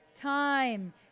time